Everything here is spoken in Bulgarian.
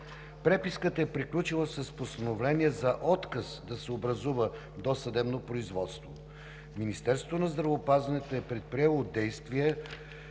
Преписката е приключила с постановление за отказ да се образува досъдебно производство. Министерството на здравеопазването е предприело действия